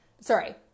sorry